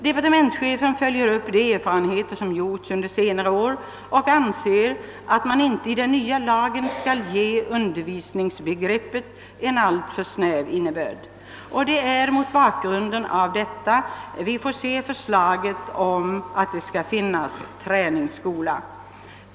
Departementschefen följer upp de erfarenheter som gjorts under senare år och anser att man inte i den nya lagen skall ge undervisningsbegreppet en alltför snäv innebörd. Det är mot bakgrunden av detta vi får se förslaget om att det skall finnas träningsskolor.